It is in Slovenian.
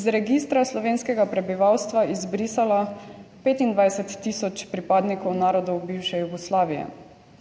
iz registra slovenskega prebivalstva izbrisala 25 tisoč pripadnikov narodov bivše Jugoslavije.